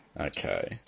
Okay